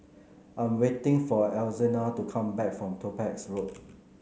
I'm waiting for Alzina to come back from Topaz Road